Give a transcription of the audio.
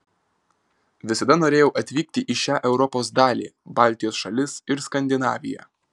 visada norėjau atvykti į šią europos dalį baltijos šalis ir skandinaviją